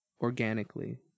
Organically